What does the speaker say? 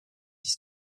his